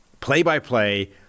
play-by-play